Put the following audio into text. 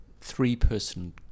three-person